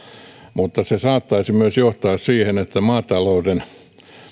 mutta se saattaisi myös johtaa siihen että maatalouden